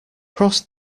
cross